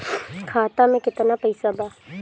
खाता में केतना पइसा बा?